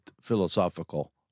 philosophical